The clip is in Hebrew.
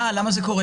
למה זה קורה?